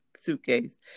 suitcase